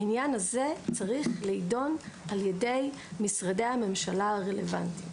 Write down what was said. העניין הזה צריך להיות נדון על ידי משרדי המשלה הרלוונטיים.